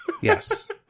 Yes